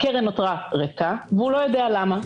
הקרן נותרה ריקה, והוא לא יודע למה.